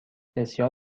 بسیار